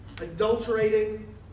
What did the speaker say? adulterating